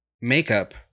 makeup